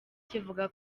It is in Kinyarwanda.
kivuga